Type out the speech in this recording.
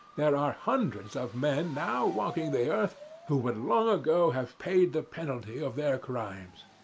there are hundreds of men now walking the earth who would long ago have paid the penalty of their crimes.